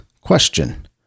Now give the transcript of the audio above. question